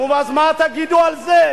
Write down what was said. נו, אז מה תגידו על זה?